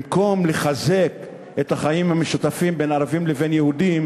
במקום לחזק את החיים המשותפים בין ערבים ליהודים,